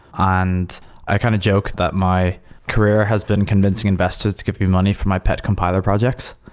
ah and i kind of joke that my career has been convincing investors to give me money for my pet compiler projects,